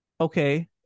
okay